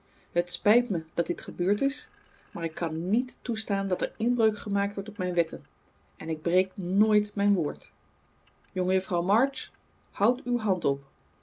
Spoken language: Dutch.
het spijt me dat dit gebeurd is maar ik kan niet toestaan dat er inbreuk gemaakt wordt op mijn wetten en ik breek nooit mijn woord jongejuffrouw march houd uw hand op